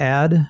add